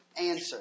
answer